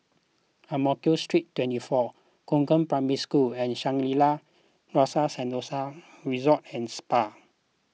Ang Mo Kio Street twenty four Concord Primary School and Shangri La's Rasa Sentosa Resort and Spa